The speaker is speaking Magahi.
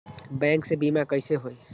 बैंक से बिमा कईसे होई?